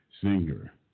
singer